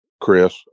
Chris